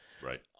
Right